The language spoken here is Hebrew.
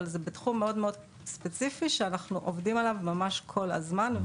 אבל זה בתחום מאוד מאוד ספציפי שאנחנו עובדים עליו ממש כל הזמן.